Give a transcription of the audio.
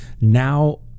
now